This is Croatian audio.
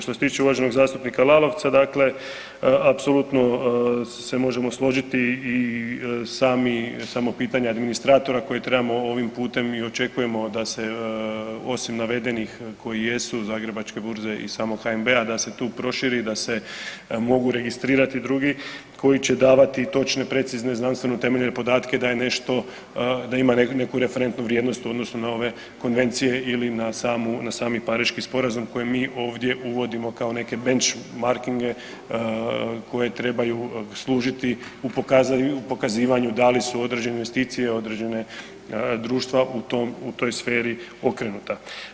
Što se uvaženog zastupnika Lalovca, dakle apsolutno se možemo složiti i sami pitanje administratora koje trebamo ovim putem i očekujemo da se osim navedenih kojih jesu, Zagrebačke burze i samog HNB-a, da se tu proširi i da se mogu registrirati drugi koji će davati točne, precizne, znanstveno utemeljene podatke, da ima neku referentnu vrijednost u odnosu na ove konvencije ili sami Pariški sporazum koji mi ovdje uvodimo kao neke benchmarkinge koje trebaju služiti u pokazivanju da li određene investicije, određena društva u toj sferi pokrenuta.